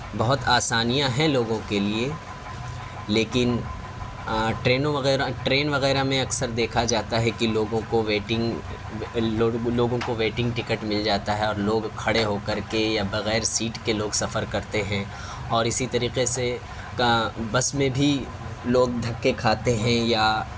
بہت آسانیاں ہیں لوگوں کے لیے لیکن ٹرینوں وغیرہ ٹرین وغیرہ میں اکثر دیکھا جاتا ہے کہ لوگوں کو ویٹنگ لوگوں کو ویٹنگ ٹکٹ مل جاتا ہے اور لوگ کھڑے ہو کر کے یا بغیر سیٹ کے لوگ سفر کرتے ہیں اور اسی طریقے سے کا بس میں بھی لوگ دھکے کھاتے ہیں یا